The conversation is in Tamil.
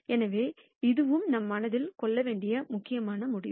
எனவே இதுவும் நாம் மனதில் கொள்ள வேண்டிய முக்கியமான முடிவு